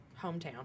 hometown